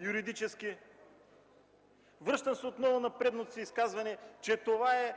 юридически изисквания. Връщам се отново на предното изказване, че това е